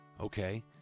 Okay